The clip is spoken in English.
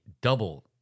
double